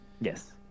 Yes